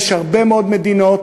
יש הרבה מאוד מדינות,